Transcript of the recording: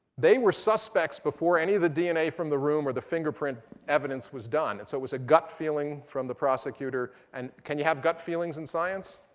they were suspects before any of the dna from the room or the fingerprint evidence was done. and so it was a gut feeling from the prosecutor. and, can you have gut feelings in science?